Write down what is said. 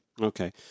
Okay